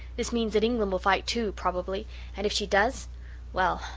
this means that england will fight too, probably and if she does well,